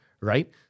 right